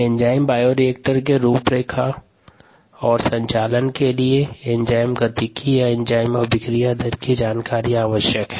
enzyme bioreactor के रूपरेखा निर्माण और संचालन के लिए एंजाइम गतिकी या एंजाइम अभिक्रिया दर की जानकारी आवश्यक हैं